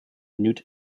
knut